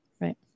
Right